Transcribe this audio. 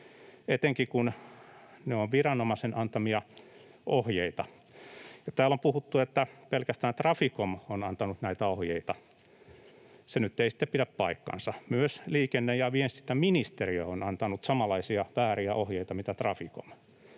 etenkin kun ne ovat viranomaisen antamia ohjeita. Täällä on puhuttu, että pelkästään Traficom on antanut näitä ohjeita. Se nyt ei sitten pidä paikkaansa. Myös liikenne- ja viestintäministeriö on antanut samanlaisia vääriä ohjeita kuin Traficom.